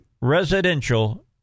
residential